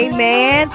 Amen